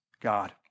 God